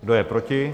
Kdo je proti?